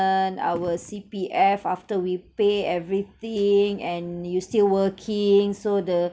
our C_P_F after we pay everything and you still working so the